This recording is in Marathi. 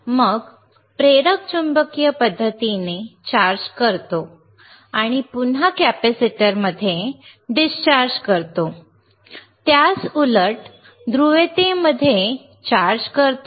मग प्रेरक चुंबकीय पद्धतीने चार्ज करतो आणि पुन्हा कॅपेसिटरमध्ये डिस्चार्ज करतो त्यास उलट ध्रुवीयतेमध्ये चार्ज करतो